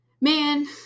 man